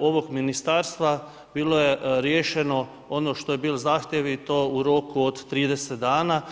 ovog ministarstva, bilo je riješeno, ono što je bilo zahtijevano u roku od 30 dana.